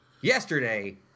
yesterday